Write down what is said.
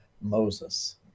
Moses